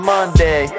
Monday